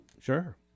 Sure